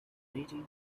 meeting